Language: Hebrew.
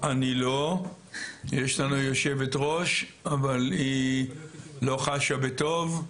אני לא, יש לנו יושבת ראש, אבל היא לא חשה בטוב,